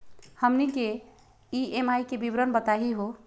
हमनी के ई.एम.आई के विवरण बताही हो?